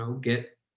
get